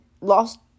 lost